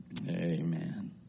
Amen